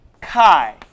kai